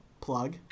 plug